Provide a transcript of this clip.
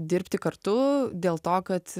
dirbti kartu dėl to kad